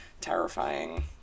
terrifying